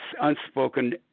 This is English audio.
unspoken